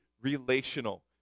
relational